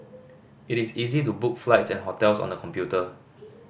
it is easy to book flights and hotels on the computer